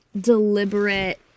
deliberate